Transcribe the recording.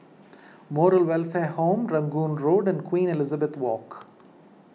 Moral Welfare Home Rangoon Road and Queen Elizabeth Walk